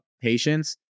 patients